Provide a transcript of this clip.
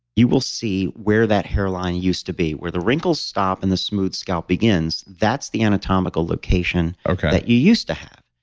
you will see where that hairline used to be. where the wrinkles stop and the smooth scalp beings that's the anatomical location that you used to have.